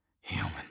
human